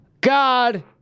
God